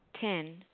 Ten